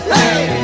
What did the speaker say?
Hey